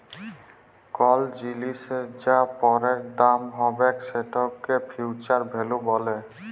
call জিলিসের যা পরের দাম হ্যবেক সেটকে ফিউচার ভ্যালু ব্যলে